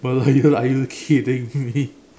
Merlion are you kidding me